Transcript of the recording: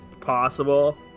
possible